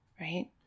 right